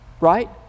Right